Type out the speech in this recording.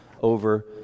over